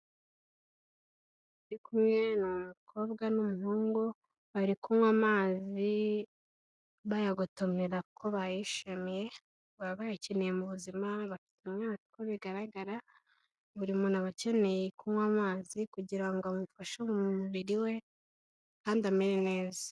Bari kumwe n'abakobwabwa n'abahungu bari kunywa amazi bayagotomera ko bayishimiye baba bayakeneye mu buzima uko bigaragara buri muntu aba akeneye kunywa amazi kugira ngo amufashe mu mubiri we kandi amere neza.